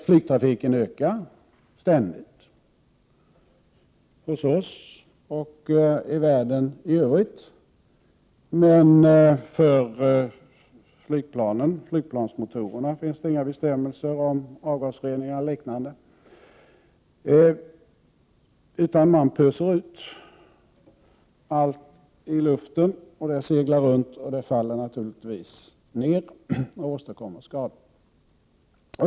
Flygtrafiken ökar ständigt hos oss och i världen i övrigt, men för flygplansmotorerna finns det inga bestämmelser om avgasrening och liknande, utan man pyser ut allt i luften, och det seglar runt och faller naturligtvis ned och åstadkommer skada.